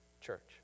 Church